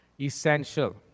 Essential